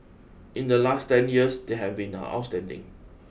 in the last ten years they have been outstanding